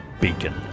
beacon